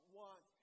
want